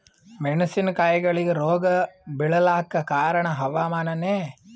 ಮೆಣಸಿನ ಕಾಯಿಗಳಿಗಿ ರೋಗ ಬಿಳಲಾಕ ಕಾರಣ ಹವಾಮಾನನೇ?